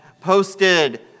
posted